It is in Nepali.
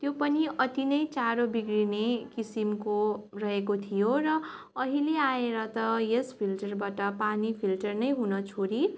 त्यो अति नै चाँडो बिग्रिने किसिमको रहेको थियो र अहिले आएर त यस फिल्टरबाट पानी फिल्टर नै हुन छोडी